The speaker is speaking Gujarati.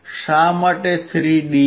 શા માટે 3 ડીબી